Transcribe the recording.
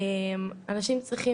אנשים,